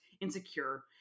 insecure